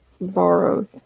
borrowed